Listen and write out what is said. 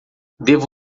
devo